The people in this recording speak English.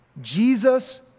Jesus